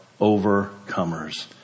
overcomers